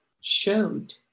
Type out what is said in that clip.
showed